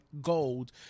gold